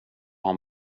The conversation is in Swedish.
han